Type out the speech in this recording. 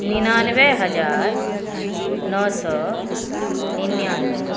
निनानबे हजार नओ सए निनानबे